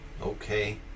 Okay